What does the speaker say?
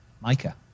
mica